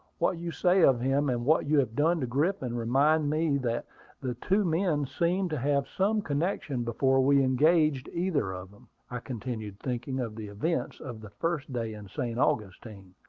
what you say of him, and what you have done to griffin, remind me that the two men seemed to have some connection before we engaged either of them, i continued, thinking of the events of that first day in st. augustine.